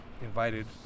invited